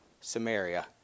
Samaria